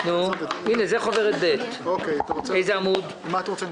האלו בעיתון: "בינואר הגירעון יחרוג מהיעד",